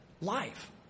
Life